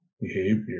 behavior